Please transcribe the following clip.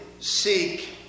seek